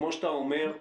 כמו שאתה אומר,